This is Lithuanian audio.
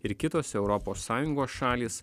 ir kitos europos sąjungos šalys